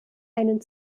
einen